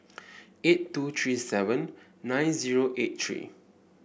eight two three seven nine zero eight three